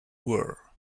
were